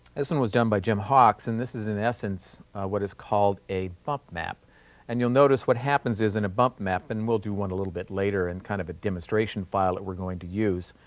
one was done by jim hawks and this is in essence what is called a bump map and you'll notice what happens is in a bump map and we'll do one a little bit later in kind of a demonstration file that we're going to use.